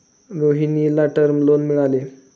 रोहिणीला term loan मिळाले